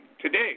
today